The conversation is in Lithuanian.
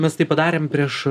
mes tai padarėm prieš